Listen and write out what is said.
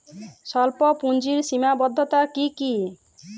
স্বল্পপুঁজির সীমাবদ্ধতা কী কী?